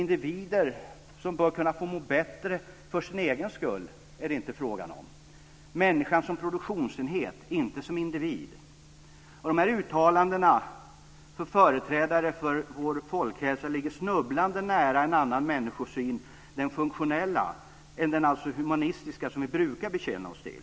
Individer som bör kunna få må bra för sin egen skull är det inte fråga om utan om människan som produktionsenhet, inte som individ. Dessa uttalanden från företrädare för folkhälsa ligger snubblande nära en annan människosyn, den funktionella, ej den humanistiska som vi brukar bekänna oss till.